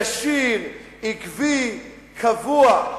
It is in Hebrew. ישיר, עקבי, קבוע.